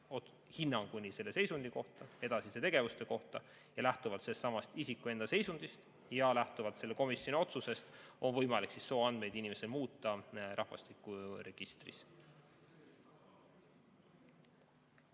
hinnangu nii selle seisundi kui ka edasiste tegevuste kohta. Lähtuvalt sellestsamast isiku enda seisundist ja lähtuvalt selle komisjoni otsusest on võimalik sooandmeid inimesel rahvastikuregistris